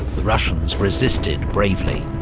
the russians resisted bravely.